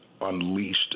unleashed